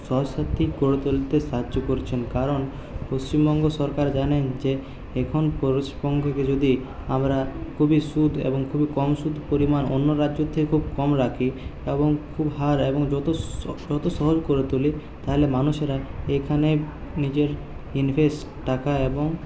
করে তুলতে সাহায্য করছেন কারণ পশ্চিমবঙ্গ সরকার জানেন যে এখন যদি আমরা খুবই সুদ এবং খুবই কম সুদ পরিমাণ অন্য রাজ্যর থেকে খুব কম রাখি এবং করে তুলি তাহলে মানুষেরা এখানে নিজের ইনভেস্ট টাকা এবং